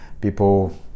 people